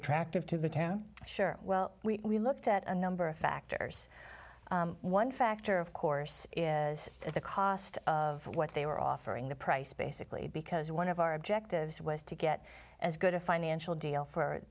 attractive to the town sure well we looked at a number of factors one factor of course is the cost of what they were offering the price basically because one of our objectives was to get as good a financial deal for